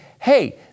hey